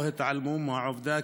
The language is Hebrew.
או התעלמו מהעובדה,